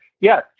Yes